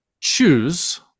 choose